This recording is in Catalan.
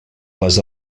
les